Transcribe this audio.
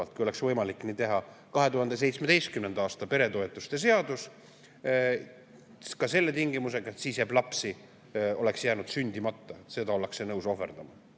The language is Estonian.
kui oleks võimalik nii teha – 2017. aasta peretoetuste seadus ka selle tingimusega, et siis oleks lapsi jäänud sündimata. Seda ollakse nõus ohverdama.